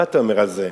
מה אתה אומר על זה?